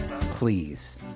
please